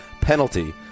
Penalty